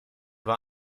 war